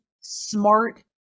smart